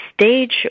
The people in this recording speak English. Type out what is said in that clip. stage